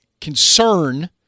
concern